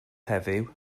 heddiw